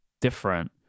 different